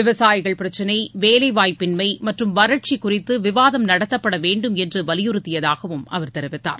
விவசாயிகள் பிரச்சினை வேலை வாய்ப்பின்மை மற்றும் வறட்சி குறித்து விவாதம் நடத்தப்பட வேண்டும் என்று வலியுறத்தியதாகவும் அவர் தெரிவித்தார்